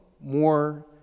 more